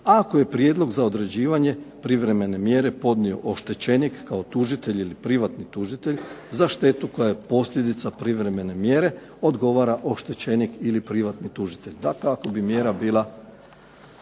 ako je prijedlog za određivanje privremene mjere podnio oštečenik kao tužitelj ili privatni tužitelj za štetu koja je posljedica privremene mjere odgovara oštečenik ili privatni tužitelj. Takva bi mjera bila